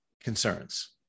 concerns